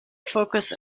focus